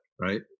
right